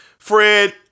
Fred